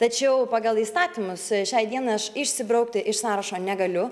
tačiau pagal įstatymus šiai dienai aš išsibraukti iš sąrašo negaliu